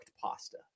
pasta